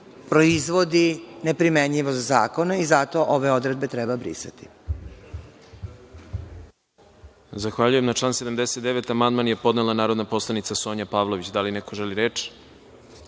proizvodi neprimenjivost zakona. Zato ove odredbe treba brisati.